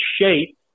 shape